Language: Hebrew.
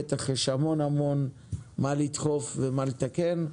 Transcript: בטח יש המון המון מה לדחוף ומה לתקן,